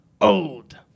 old